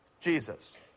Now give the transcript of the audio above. Jesus